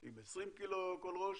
עם 20 קילו כל ראש,